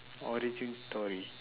origin story